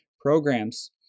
programs